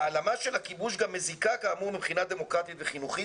העלמה של הכיבוש גם מזיקה כאמור מבחינה דמוקרטית וחינוכית,